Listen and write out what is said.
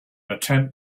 attempt